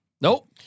Nope